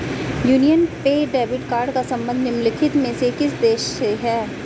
Union पे debit card का संबंध निम्नलिखित में से किस देश से है?